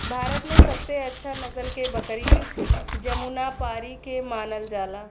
भारत में सबसे अच्छा नसल के बकरी जमुनापारी के मानल जाला